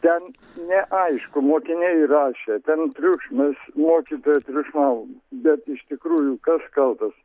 ten neaišku mokiniai įrašė ten triukšmas mokytoja triukšmavo bet iš tikrųjų kas kaltas